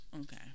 Okay